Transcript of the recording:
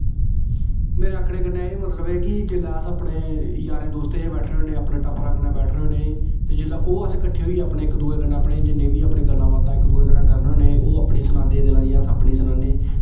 मेरा आखने कन्नै एह् मतलब ऐ कि जेल्लै अस अपने यारें दोस्तें च बैठने होन्ने अपने टब्बरा कन्नै बैठने होन्ने ते जेल्लै ओह् अस किट्ठे होइयै अपने इक दुए कन्नै अपने जिन्ने बी अपने गल्लां बातां इक दुए कन्नै करने होन्ने ओह् अपनियां सनांदे दिला दियां अस अपनियां सनान्ने